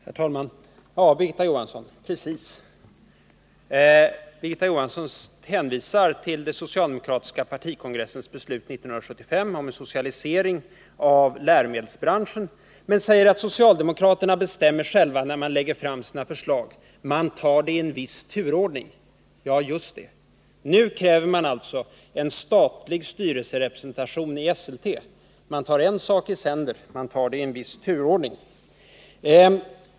Herr talman! Ja, Birgitta Johansson, precis så är det. Birgitta Johansson hänvisar till den socialdemokratiska partikongressens beslut 1975 om en socialisering av läromedelsbranschen, men säger att socialdemokraterna själva bestämmer när de lägger fram sina förslag i riksdagen. Man tar dem i en viss turordning. Ja, just det. Nu kräver man alltså statlig styrelserepresentation i Esselte. Man tar en sak i sänder, i en viss turordning!